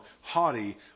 haughty